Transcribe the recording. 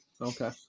Okay